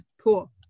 Cool